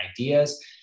ideas